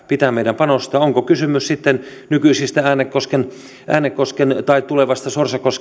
pitää meidän panostaa on kysymys sitten nykyisestä äänekosken äänekosken tai tulevasta